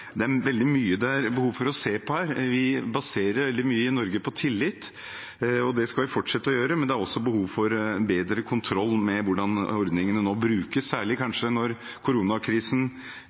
Det er mye det er behov for å se på her. Vi baserer veldig mye på tillit i Norge. Det skal vi fortsette å gjøre, men det er også behov for bedre kontroll med hvordan ordningene nå brukes. Kanskje særlig når koronakrisen